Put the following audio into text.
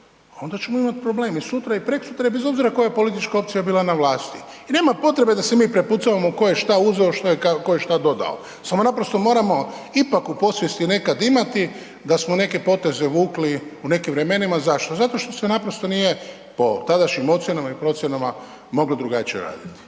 onda ćemo imati problem i sutra i preksutra i bez obzira koja politička opcija bila na vlasti i nema potrebe da se mi prepucavamo tko je šta uzeo, tko je šta dodao. Samo naprosto moramo ipak u podsvijesti nekad imati da smo neke poteze vukli u nekim vremenima, zašto, zato što se naprosto nije po tadašnjim ocjenama i procjenama moglo drugačije raditi.